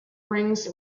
rings